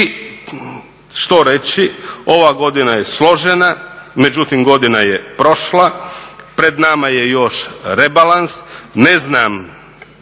što reći. Ova godina je složena. Međutim, godina je prošla. Pred nama je još rebalans. Ne znam